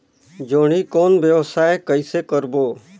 जोणी कौन व्यवसाय कइसे करबो?